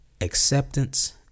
acceptance